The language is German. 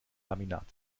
laminat